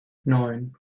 neun